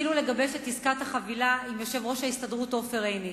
השכילו לגבש את עסקת החבילה עם יושב-ראש ההסתדרות עופר עיני.